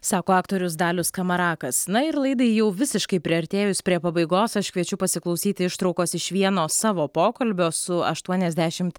sako aktorius dalius skamarakas na ir laidai jau visiškai priartėjus prie pabaigos aš kviečiu pasiklausyti ištraukos iš vieno savo pokalbio su aštuoniasdešimt